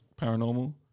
paranormal